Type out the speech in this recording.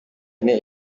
ine